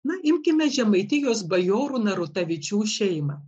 na imkime žemaitijos bajorų narutavičių šeimą